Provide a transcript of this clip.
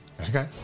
Okay